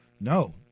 No